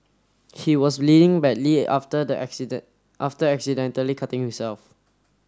he was leading badly after the accident after accidentally cutting himself